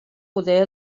poder